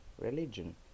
Religion